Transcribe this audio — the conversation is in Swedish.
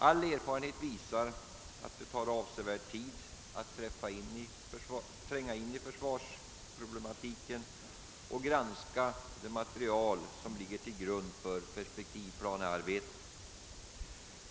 Al erfarenhet visar att det tar avsevärd tid att tränga in i försvarsproblematiken och granska det material som ligger till grund för perspektivplanearbetet.